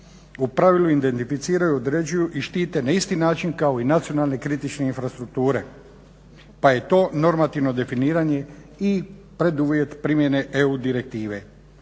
u pravilu identificiraju, određuju i štite na isti način kao i nacionalne kritične infrastrukture pa je to normativno definiranje i preduvjet primjene EU direktive.